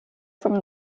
from